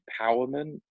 empowerment